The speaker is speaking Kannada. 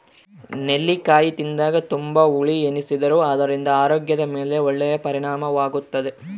ನೆಲ್ಲಿಕಾಯಿ ತಿಂದಾಗ ತುಂಬಾ ಹುಳಿ ಎನಿಸಿದರೂ ಅದರಿಂದ ಆರೋಗ್ಯದ ಮೇಲೆ ಒಳ್ಳೆಯ ಪರಿಣಾಮವಾಗುತ್ತದೆ